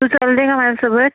तू चलते का माझ्यासोबत